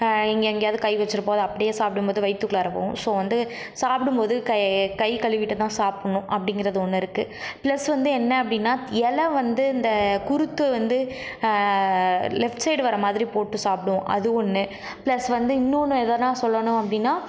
இங்கே எங்கேயாவது கை வச்சுருப்போம் அது அப்படியே சாப்பிடும்போது வயிற்றுக்குள்ளாற போகும் ஸோ வந்து சாப்பிடும் போது கை கை கழுவிட்டுதுதான் சாப்பிடுணும் அப்படிங்கிறது ஒன்று இருக்கு ப்ளஸ் வந்து என்ன அப்படினா எலை வந்து இந்த குருத்து வந்து லெஃப்ட் சைடு வர மாதிரி போட்டு சாப்பிடுவோம் அது ஒன்று ப்ளஸ் வந்து இன்னொன்று எதனா சொல்லணும் அப்படினா